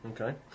Okay